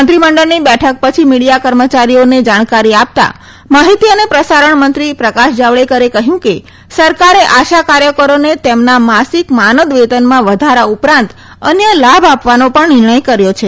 મંત્રીમંડળની બેઠક પછી મીડિયા કર્મચારીઓને જામકારી આપતાં માહિતી અને પ્રસારણ મંત્રી પ્રકાશ જાવડેકરે કહ્યું કે સરકારે આશા કાર્યકરોને તેમના માસિક માનદ વેતનમાં વધારા ઉપરાંત અન્ય લાભ આપવાનો પણ નિર્મય કર્યો છે